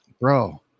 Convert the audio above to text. Bro